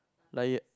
like you